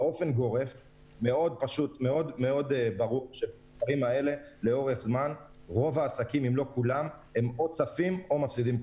באופן גורף מאוד ברור שבתנאים הללו רוב העסקים צפים או מפסידים.